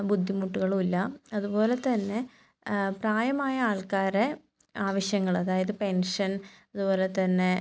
ബുദ്ധിമുട്ടുകളും ഇല്ല അതുപോലെ തന്നെ പ്രായമായ ആൾക്കാരെ ആവശ്യങ്ങൾ അതായത് പെൻഷൻ അതുപോലെ തന്നെ